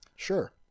Sure